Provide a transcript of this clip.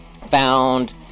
found